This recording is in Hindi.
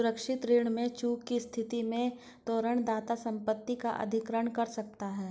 सुरक्षित ऋण में चूक की स्थिति में तोरण दाता संपत्ति का अधिग्रहण कर सकता है